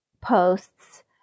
posts